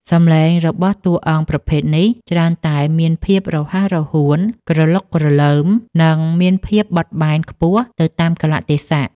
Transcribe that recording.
សំឡេងរបស់តួអង្គប្រភេទនេះច្រើនតែមានភាពរហ័សរហួន ក្រឡុកក្រឡើម និងមានភាពបត់បែនខ្ពស់ទៅតាមកាលៈទេសៈ